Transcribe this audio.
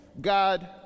God